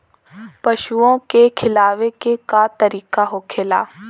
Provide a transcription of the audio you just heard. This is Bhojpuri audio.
पशुओं के खिलावे के का तरीका होखेला?